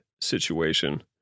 situation